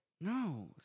No